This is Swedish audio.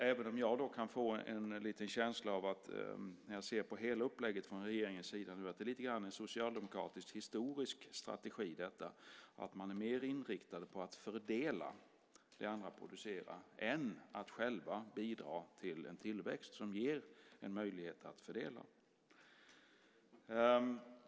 När jag ser på hela upplägget från regeringens sida kan jag få en känsla av att det är en socialdemokratiskt historisk strategi att man är mer inriktad på att fördela det andra producerar än att själv bidra till en tillväxt som ger en möjlighet att fördela.